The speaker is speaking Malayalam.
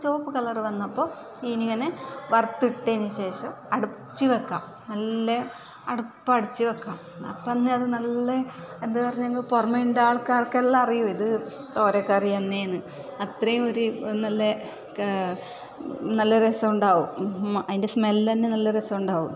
ചുവപ്പ് കളറ് വന്നപ്പോൾ ഇതിനെ ഇങ്ങനെ വറുത്തിട്ടതിന് ശേഷം അടച്ച് വെക്കാം നല്ല അടപ്പ് അടച്ച് വെക്കാം അപ്പം തന്നെ അത് നല്ല എന്താ പറഞ്ഞെങ്കിൽ പുറമെ ആൾക്കാർക്കെല്ലാം അറിയും ഇത് തോരക്കറി ആണെന്ന് അത്രയും ഒര് നല്ല ക് നല്ല രസമുണ്ടാവും അതിൻ്റെ സ്മെൽ തന്നെ നല്ല രസമുണ്ടാകും